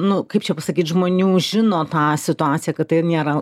nu kaip čia pasakyt žmonių žino tą situaciją kad tai nėra